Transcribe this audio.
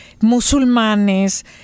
musulmanes